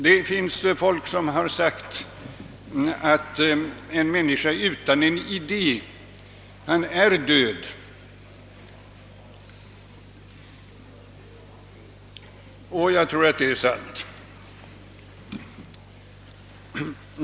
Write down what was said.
Det finns de som har sagt att en människa utan idé, hon är död, och jag tror det är sant.